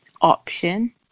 option